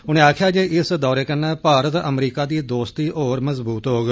उनें आक्खेआ जे इस दौरे कन्नै भारत अमरिका दी दोस्ती होर मजबूत होग